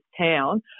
town